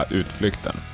utflykten